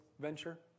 venture